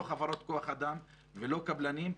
לא חברות כוח-אדם ולא קבלנים.